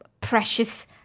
precious